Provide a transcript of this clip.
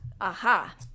Aha